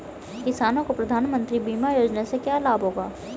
किसानों को प्रधानमंत्री बीमा योजना से क्या लाभ होगा?